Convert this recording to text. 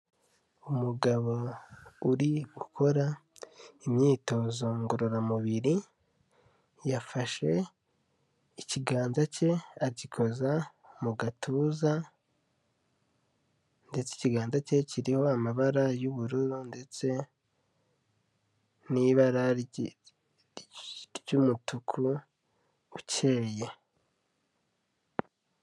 Umugabo uri gukora imyitozo ngororamubiri, yafashe ikiganza cye agikoza mu gatuza, ndetse ikiganza cye kiriho amabara y'ubururu ndetse n'ibara ry'umutuku ukeye.